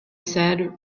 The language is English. said